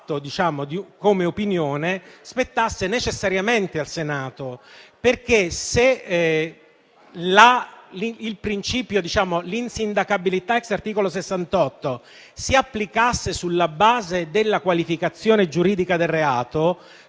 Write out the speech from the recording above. come opinione spettasse necessariamente al Senato, perché se l'insindacabilità *ex* articolo 68 della Costituzione si applicasse sulla base della qualificazione giuridica del reato,